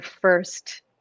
first